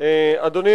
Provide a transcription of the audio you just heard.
אדוני